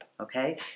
okay